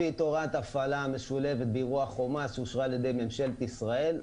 לפי חובת הפעלה משולבת באירוע חומ"ס שאושר על-ידי ממשלת ישראל,